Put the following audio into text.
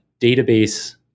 Database